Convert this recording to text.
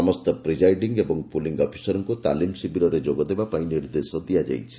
ସମସ୍ତ ପ୍ରିଜାଇଡିଂ ଏବଂ ପୁଲିଂ ଅଫିସରଙ୍କ ତାଲିମ ଶିବିରରେ ଯୋଗଦେବା ପାଇଁ ନିର୍ଦ୍ଦେଶ ଦିଆଯାଇଛି